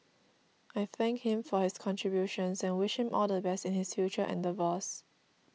I thank him for his contributions and wish him all the best in his future endeavours